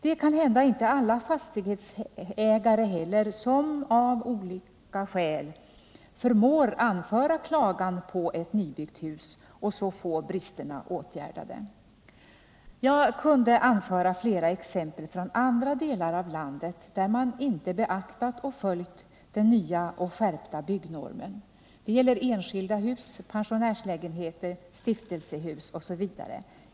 Det är kanhända — av olika skäl — inte heller alla fastighetsägare som förmår anföra klagan på ett nybyggt hus för att få bristerna åtgärdade. Jag kunde anföra många fler exempel från andra delar av landet, där man inte följt den nya och skärpta byggnormen. Det gäller inte bara enskilda hus utan också pensionärslägenheter, stiftelsehus osv.